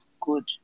good